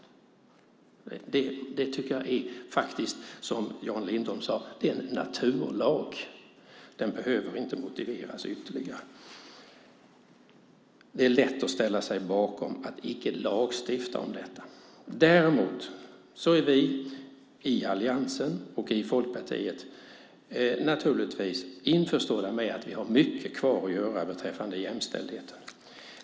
Jag tycker faktiskt att det, som Jan Lindholm sade, är en naturlag. Den behöver inte motiveras ytterligare. Det är lätt att ställa sig bakom att inte lagstifta om detta. Däremot är vi i Alliansen och i Folkpartiet naturligtvis införstådda med att vi har mycket kvar att göra beträffande jämställdheten.